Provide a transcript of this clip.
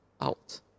out